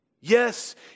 Yes